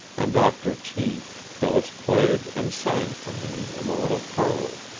and after tea phyllis played and sang for me in the little parlor,